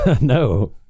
no